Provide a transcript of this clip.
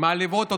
מעליבות אתכם,